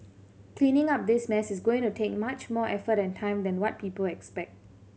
cleaning up this mess is going to take much more effort and time than what people expect